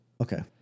Okay